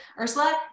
Ursula